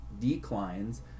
declines